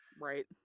right